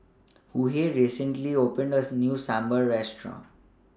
Hughey recently opened as New Sambar Restaurant